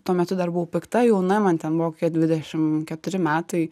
tuo metu dar buvau pikta jauna man ten buvo kokie dvidešim keturi metai